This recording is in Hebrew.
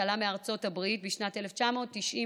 שעלה מארצות הברית בשנת 1997,